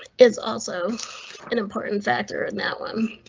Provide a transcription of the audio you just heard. is also an important factor in that one.